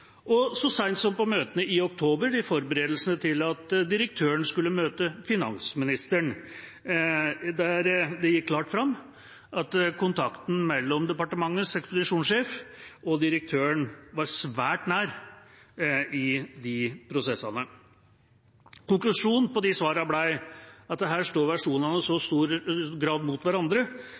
så sent som på møtene i oktober 2017, i forberedelsene til at direktøren skulle møte finansministeren. Der gikk det klart fram at kontakten mellom departementets ekspedisjonssjef og direktøren var svært nær i de prosessene. Konklusjonen på svarene ble at her sto versjonene i så stor grad mot hverandre